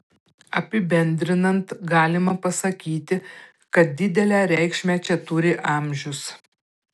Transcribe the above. apibendrinant galima pasakyti kad didelę reikšmę čia turi amžius